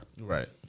Right